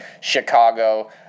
Chicago